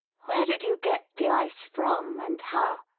where did you get the ice from and how?